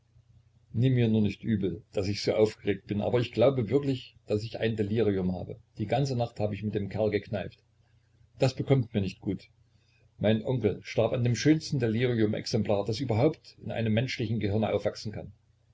nimm mir nur nicht übel daß ich so aufgeregt bin aber ich glaube wirklich daß ich ein delirium habe die ganze nacht hab ich mit dem kerl gekneipt das bekommt mir nicht gut mein onkel starb an dem schönsten deliriumexemplar das überhaupt in einem menschlichen gehirne aufwachsen kann